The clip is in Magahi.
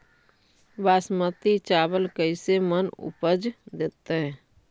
बासमती चावल कैसे मन उपज देतै?